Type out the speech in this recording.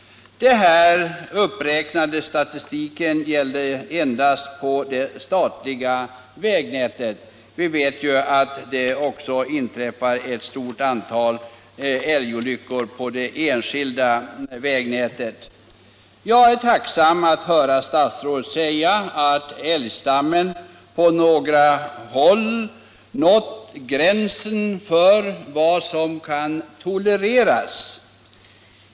Den här uppräknade statistiken gäller endast det statliga vägnätet. Vi vet att det också inträffar ett stort antal älgolyckor på det enskilda vägnätet. Jag är tacksam att höra statsrådet säga att älgstammen på några håll nått gränsen för vad som kan tolereras.